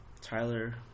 Tyler